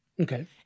Okay